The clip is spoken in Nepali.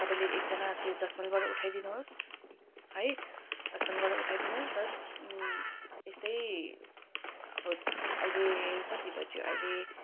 तपाईँले एकजाना त्यो दस माइलबाट उठाइदिनुहोस् है दस माइलबाट उठाइदिनुहोस् प्लस यस्तै अब अहिले कति बज्यो अहिले